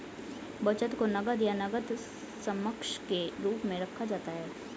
बचत को नकद या नकद समकक्ष के रूप में रखा जाता है